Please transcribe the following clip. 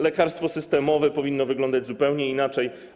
Lekarstwo systemowe powinno wyglądać zupełnie inaczej.